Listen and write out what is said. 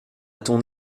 ton